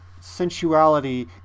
sensuality